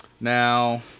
Now